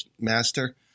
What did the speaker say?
master